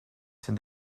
ces